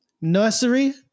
nursery